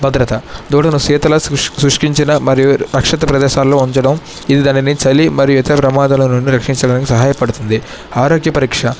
భద్రత దూడను శీతల సృష్టించిన మరియు రక్షిత ప్రదేశాల్లో ఉంచడం ఇది దానిని చలి మరియు ఇతర ప్రమాదాల నుండి రక్షించడానికి సహాయపడుతుంది ఆరోగ్య పరీక్ష